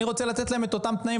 אני רוצה לתת להם את אותם תנאים,